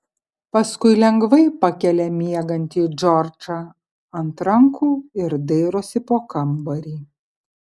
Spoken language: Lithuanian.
paskui lengvai pakelia miegantį džordžą ant rankų ir dairosi po kambarį